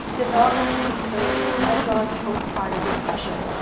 developmental disabilities as well as post-partum depression.